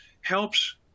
helps